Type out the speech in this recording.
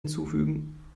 hinzufügen